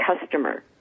customer